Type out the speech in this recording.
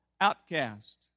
outcast